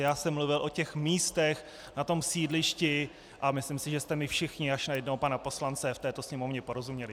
Já jsem mluvil o místech na sídlišti a myslím si, že jste mi všichni až na jednoho pana poslance v této Sněmovně porozuměli.